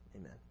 Amen